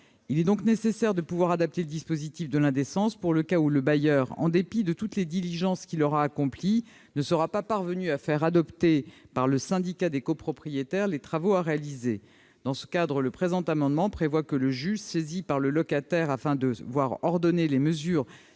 Il est donc nécessaire de pouvoir adapter le dispositif de l'indécence pour le cas où le bailleur, en dépit de toutes les diligences qu'il aura accomplies, ne sera pas parvenu à faire adopter par le syndicat des copropriétaires les travaux à réaliser. Dans ce cadre, le présent amendement prévoit que le juge saisi par le locataire afin d'ordonner les mesures